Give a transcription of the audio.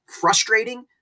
frustrating